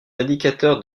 indicateurs